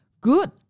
good